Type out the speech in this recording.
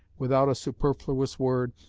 without a superfluous word,